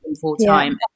full-time